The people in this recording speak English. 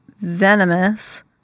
venomous